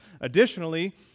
Additionally